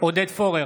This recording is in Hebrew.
עודד פורר,